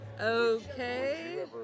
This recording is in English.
okay